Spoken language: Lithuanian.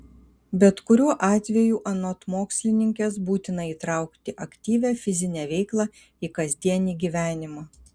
bet kuriuo atveju anot mokslininkės būtina įtraukti aktyvią fizinę veiklą į kasdienį gyvenimą